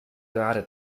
gerade